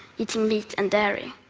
eating meat and dairy.